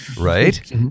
Right